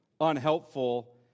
unhelpful